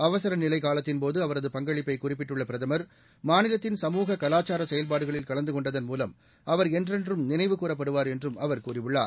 அவசரநிலை காலத்தின்போது அவரது பங்களிப்பை குறிப்பிட்டுள்ள பிரதமர் மாநிலத்தின் சமூக கலாச்சார செயல்பாடுகளில் கலந்து கொண்டதன் மூலம் அவர் என்றென்றும் நினைவு கூறப்படுவார் என்றும் அவர் கூறியுள்ளார்